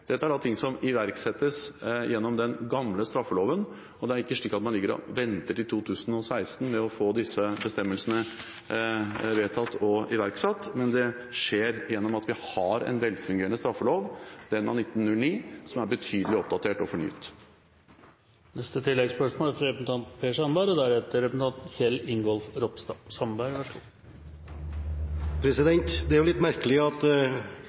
Dette er ting som iverksettes gjennom den gamle straffeloven, og det er ikke slik at man ligger og venter til 2016 med å få disse bestemmelsene vedtatt og iverksatt. Det skjer gjennom at vi har en velfungerende straffelov, den av 1909, som er betydelig oppdatert og fornyet. Per Sandberg – til oppfølgingsspørsmål. Det er